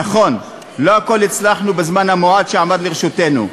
נכון, לא הכול הצלחנו, בזמן המועט שעמד לרשותנו,